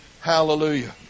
Hallelujah